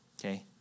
Okay